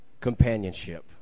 companionship